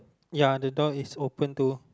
ya the door is open too